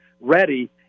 ready